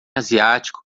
asiático